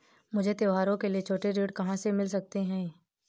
मुझे त्योहारों के लिए छोटे ऋृण कहां से मिल सकते हैं?